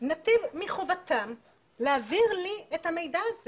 נתיב מחובתם להעביר לי את המידע הזה